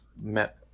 met